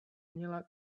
měla